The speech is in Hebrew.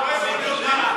המדינה,